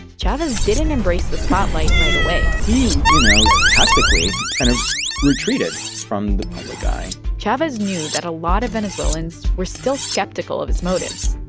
chavez didn't embrace the spotlight right away he, you know, tactically kind of retreated from the public eye chavez knew that a lot of venezuelans were still skeptical of his motives,